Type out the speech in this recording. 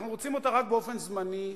אנחנו רוצים אותה רק באופן זמני,